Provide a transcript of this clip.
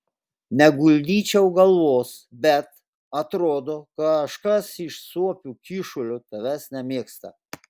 neguldyčiau galvos bet atrodo kažkas iš suopių kyšulio tavęs nemėgsta